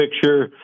picture